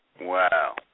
Wow